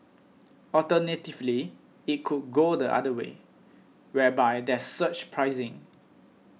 alternatively it could go the other way whereby there's surge pricing